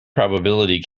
probability